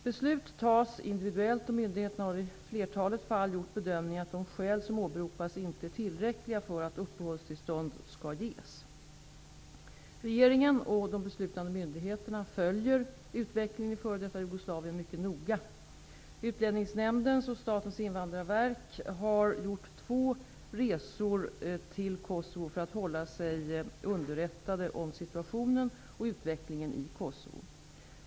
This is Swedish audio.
Beslut tas individuellt och myndigheterna har i flertalet fall gjort bedömningen att de skäl som åberopas inte är tillräckliga för att uppehållstillstånd skall ges. Regeringen och de beslutande myndigheterna följer utvecklingen i f.d. Jugoslavien mycket noga. Utlänningsnämnden och Statens invandrarverk har gjort två resor till Kosovo för att hålla sig underrättade om situationen och utvecklingen i Kosovo.